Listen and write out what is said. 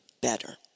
better